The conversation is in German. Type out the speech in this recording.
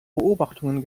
beobachtungen